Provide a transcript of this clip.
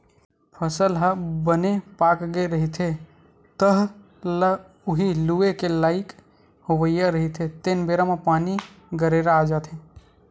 फसल ह बने पाकगे रहिथे, तह ल उही लूए के लइक होवइया रहिथे तेने बेरा म पानी, गरेरा आ जाथे